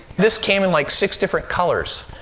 this came in, like, six different colors.